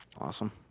Awesome